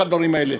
הדברים האלה.